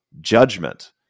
judgment